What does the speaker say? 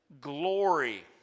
glory